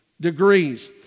degrees